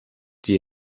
die